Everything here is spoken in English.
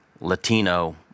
Latino